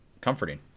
comforting